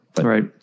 Right